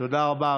תודה רבה.